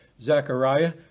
Zechariah